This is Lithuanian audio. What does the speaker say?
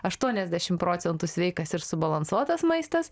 aštuoniasdešim procentų sveikas ir subalansuotas maistas